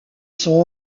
sont